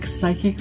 psychic